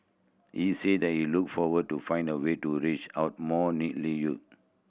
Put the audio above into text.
he said that he look forward to find a way to reach out more youths